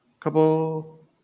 Couple